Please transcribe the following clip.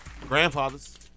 Grandfather's